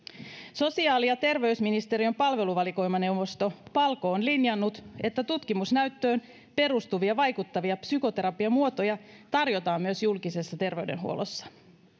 sosiaali ja terveysministeriön palveluvalikoimaneuvosto palko on linjannut että tutkimusnäyttöön perustuvia vaikuttavia psykoterapiamuotoja tarjotaan myös julkisessa terveydenhuollossa